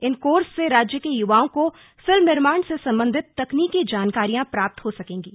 इन course से राज्य के युवाओं को फिल्म निर्माण से सबंधित तकनीकी जानकारियां प्राप्त हो सकेंगीं